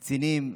קצינים.